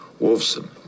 Wolfson